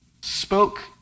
spoke